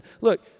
look